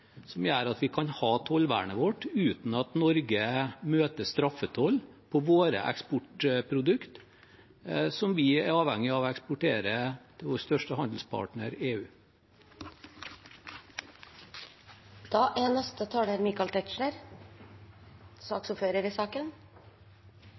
som gjør at vi kan ha tollvernet vårt uten at Norge møter straffetoll på våre eksportprodukter, som vi er avhengige av å eksportere til vår største handelspartner,